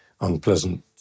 unpleasant